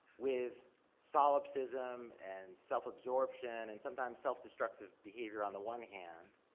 with solipsism and self-absorption, and sometimes self-destructive behavior on the one hand,